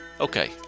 Okay